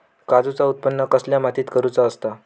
काजूचा उत्त्पन कसल्या मातीत करुचा असता?